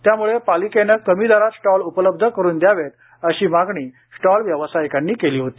त्यामुळे पालिकेने कमी दरात स्टॉल उपलब्ध करून द्यावेत अशी मागणी स्टॉंल व्यवसायिकांनी केली होती